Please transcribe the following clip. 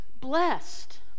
blessed